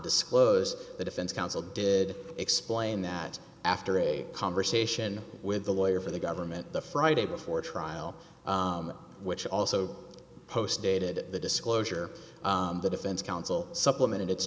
disclosed the defense counsel did explain that after a conversation with the lawyer for the government the friday before trial which also postdated the disclosure the defense counsel supplemented it